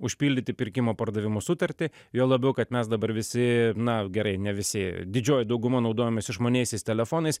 užpildyti pirkimo pardavimo sutartį juo labiau kad mes dabar visi na gerai ne visi didžioji dauguma naudojamės išmaniaisiais telefonais